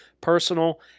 personal